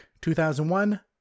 2001